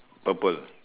purple